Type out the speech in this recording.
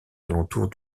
alentours